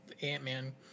Ant-Man